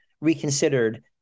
Reconsidered